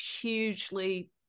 hugely